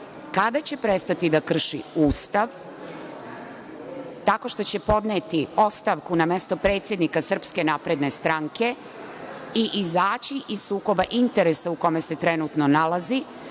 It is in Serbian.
kada će prestati da krši Ustav, tako što će podneti ostavku na mesto predsednika SNS i izaći iz sukoba interesa u kome se trenutno nalazi,